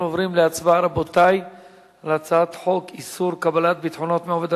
אנחנו עוברים להצבעה על הצעת חוק איסור קבלת ביטחונות מעובד,